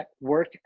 work